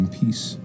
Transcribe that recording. peace